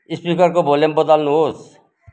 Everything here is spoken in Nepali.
स्पिकरको भोल्युम बदल्नुहोस्